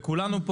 וכולנו,